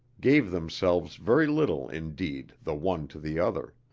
gave themselves very little indeed the one to the other.